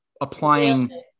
applying